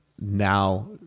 now